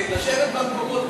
אתם מצביעים באוטומט.